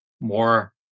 more